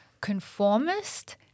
conformist